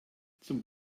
zum